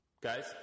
Guys